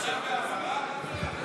(קוראת בשמות חברי הכנסת)